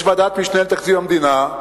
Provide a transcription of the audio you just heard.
יש ועדת משנה לתקציב המדינה.